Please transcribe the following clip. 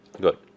Good